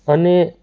અને